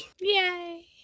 Yay